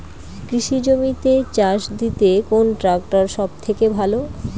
কৃষি জমিতে চাষ দিতে কোন ট্রাক্টর সবথেকে ভালো?